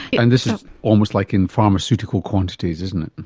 and this is almost like in pharmaceutical quantities, isn't it.